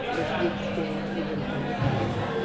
does he abstain even from the truth?